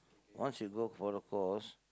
once you go for the course